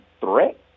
threat